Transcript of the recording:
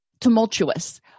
tumultuous